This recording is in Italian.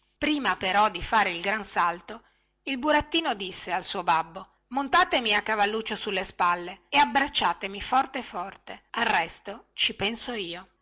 prima però di fare il gran salto il burattino disse al suo babbo montatemi a cavalluccio sulle spalle e abbracciatemi forte forte al resto ci penso io